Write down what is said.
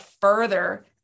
further